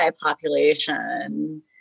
population